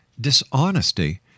dishonesty